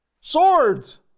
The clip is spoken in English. swords